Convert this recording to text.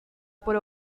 por